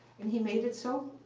and he made it so.